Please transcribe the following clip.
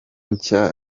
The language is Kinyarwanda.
nshya